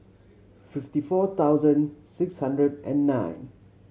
fifty four thousand six hundred and nine